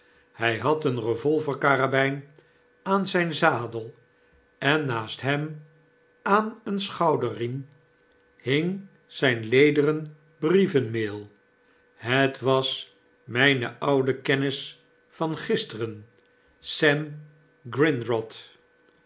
hfl had een revolver-karabyn aan zijn zadel en naast hem aan een schouderriem hing zpe lederen brievenmaal het was mpe oude kennis van gisteren